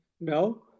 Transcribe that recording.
No